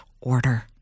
order